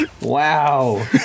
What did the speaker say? Wow